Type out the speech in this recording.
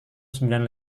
sembilan